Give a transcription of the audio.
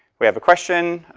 we have a question,